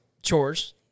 Chores